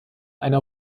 einer